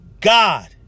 God